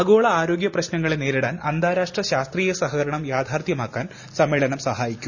ആഗോള ആരോഗ്യ പ്രശ്നങ്ങളെ നേരിടാൻ അന്താരാഷ്ട്ര ശാസ്ത്രീയ സഹകരണം യാഥാർഥ്യമാക്കാൻ സമ്മേളനം സഹായിക്കും